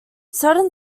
certain